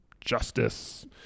justice